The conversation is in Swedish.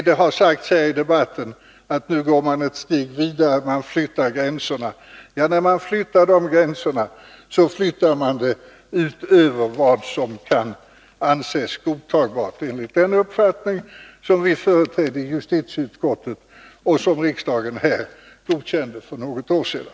Det har sagts här i debatten i dag att man nu går ett steg vidare, att man flyttar gränserna. Ja, när man flyttar de gränserna går man utöver vad som kan anses godtagbart enligt den uppfattning som vi företrädde i justitieutskottet och som riksdagen godkände för något år sedan.